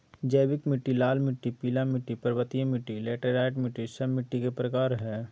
जैविक मिट्टी, लाल मिट्टी, पीला मिट्टी, पर्वतीय मिट्टी, लैटेराइट मिट्टी, सब मिट्टी के प्रकार हइ